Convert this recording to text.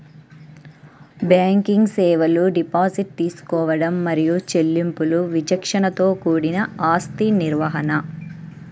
banking సేవలు deposit తీసుకోవడం మరియు చెల్లింపులు విచక్షణతో కూడిన ఆస్తి నిర్వహణ,